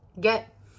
get